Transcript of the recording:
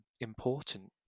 important